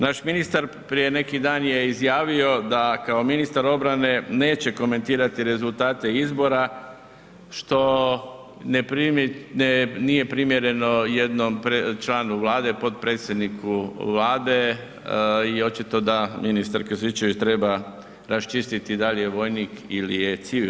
Naš ministar prije neki dan je izjavio da kao ministar obrane neće komentirati rezultate izbora što nije primjereno jednom članu Vlade, potpredsjedniku Vlade i očito da ministar Krstičević treba raščistiti da li vojnik ili je civil.